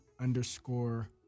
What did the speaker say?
underscore